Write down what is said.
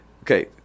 Okay